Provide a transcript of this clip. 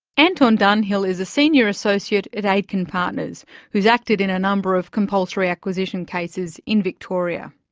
anton dunhill is a senior associate at aitken partners who's acted in a number of compulsory acquisition cases in victoria.